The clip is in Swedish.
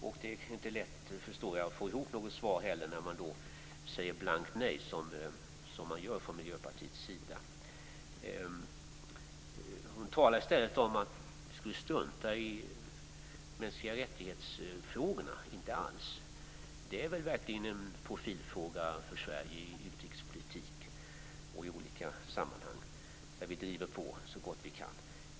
Jag förstår att det inte är lätt att få ihop något svar när man säger blankt nej, som man gör från Miljöpartiets sida. Marianne Samuelsson talade i stället om att Socialdemokraterna struntar i frågorna om de mänskliga rättigheterna. Inte alls! Detta är verkligen en profilfråga för Sverige i utrikespolitiken och i olika sammanhang där Sverige driver på så gott det går.